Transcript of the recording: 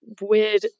weird